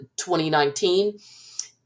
2019